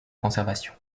conservation